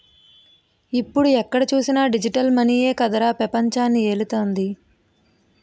ఇప్పుడు ఎక్కడ చూసినా డిజిటల్ మనీయే కదరా పెపంచాన్ని ఏలుతోంది